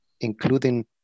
including